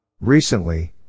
Recently